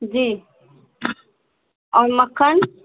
जी और मक्खन